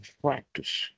practice